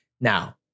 Now